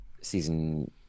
season